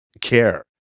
care